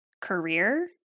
career